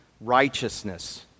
righteousness